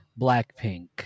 Blackpink